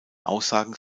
aussagen